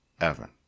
Evan